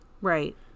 right